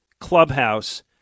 clubhouse